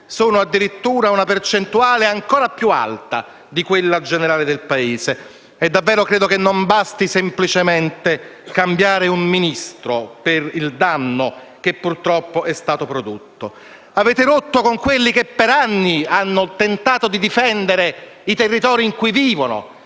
Sono addirittura una percentuale ancora più alta di quella generale del Paese. Credo davvero che non basti semplicemente cambiare un Ministro a fronte del danno che purtroppo è stato prodotto. Avete rotto con quelli che per anni hanno tentato di difendere i territori in cui vivono,